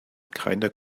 keiner